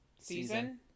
season